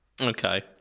Okay